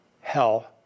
hell